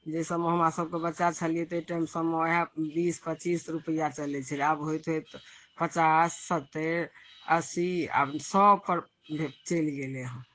जे सभमे हमरासभ बच्चा छलियै ताहि टाइम सभमे उएह बीस पच्चीस रुपैआ चलै छलै आब होइत होइत पचास सत्तरि अस्सी आब सएपर चलि गेलै हँ